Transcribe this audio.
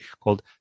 called